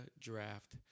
draft